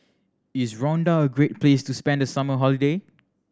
is Rwanda a great place to spend the summer holiday